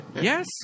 Yes